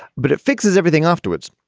but it fixes everything afterwards.